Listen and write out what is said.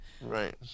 Right